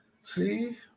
See